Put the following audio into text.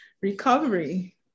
recovery